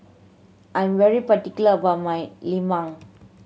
I'm really particular about my lemang